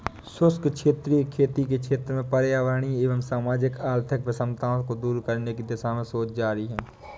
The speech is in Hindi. शुष्क क्षेत्रीय खेती के क्षेत्र में पर्यावरणीय एवं सामाजिक आर्थिक विषमताओं को दूर करने की दिशा में शोध जारी है